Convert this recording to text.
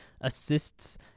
assists